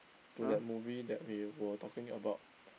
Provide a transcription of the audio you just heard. to that movie that we were talking about